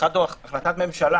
ואחד הוא החלטת ממשלה